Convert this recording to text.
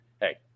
hey